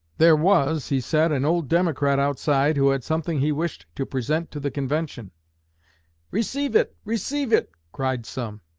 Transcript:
there was he said, an old democrat outside who had something he wished to present to the convention receive it receive it cried some.